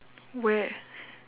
where